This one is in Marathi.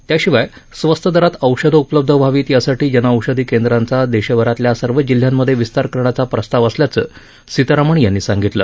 त्याशिवाय स्वस्त दरात औषधं उपलब्ध व्हावित यासाठी जनऔषधी केंद्रांचा देशभरातल्या सर्व जिल्ह्यांमध्ये विस्तार करण्याचा प्रस्ताव असल्याचं सीतारामन यांनी सांगितलं